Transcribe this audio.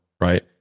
Right